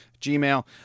Gmail